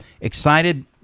excited